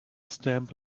stamp